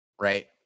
Right